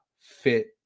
fit